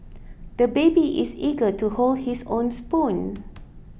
the baby is eager to hold his own spoon